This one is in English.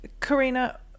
Karina